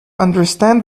understand